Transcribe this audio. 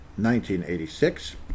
1986